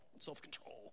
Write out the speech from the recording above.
self-control